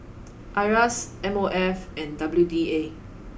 Iras M O F and W D A